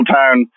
town